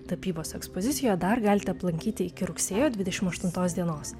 tapybos ekspoziciją dar galite aplankyti iki rugsėjo dvidešimt aštuntos dienos